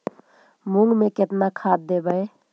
मुंग में केतना खाद देवे?